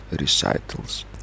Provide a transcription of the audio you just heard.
recitals